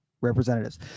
representatives